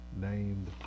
named